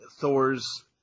Thor's